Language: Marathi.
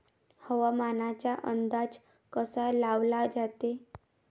हवामानाचा अंदाज कसा लावला जाते?